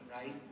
right